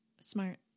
Smart